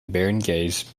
barangays